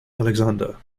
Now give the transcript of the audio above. alexander